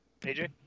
AJ